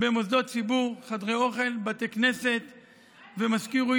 במוסדות ציבור, חדרי אוכל, בתי כנסת ומזכירויות.